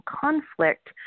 conflict